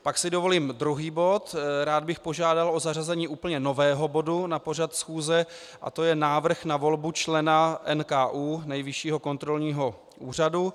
Pak si dovolím druhý bod rád bych požádal o zařazení úplně nového bodu na pořad schůze, a to je Návrh na volbu člena NKÚ, Nejvyššího kontrolního úřadu.